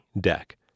deck